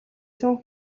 цөөн